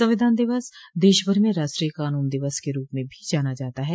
संविधान दिवस देशभर में राष्ट्रीय कानून दिवस के रूप में भी जाना जाता है